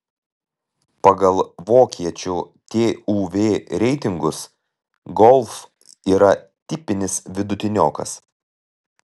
pagal vokiečių tuv reitingus golf yra tipinis vidutiniokas